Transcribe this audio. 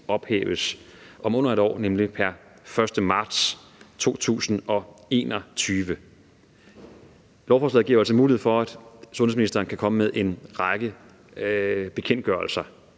ophæves om under 1 år, nemlig pr. 1. marts 2021. Lovforslaget giver jo altså mulighed for, at sundhedsministeren kan komme med en række bekendtgørelser.